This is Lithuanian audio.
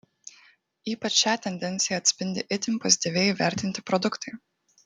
ypač šią tendenciją atspindi itin pozityviai įvertinti produktai